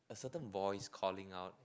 a certain voice calling out